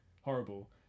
horrible